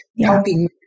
helping